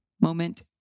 moment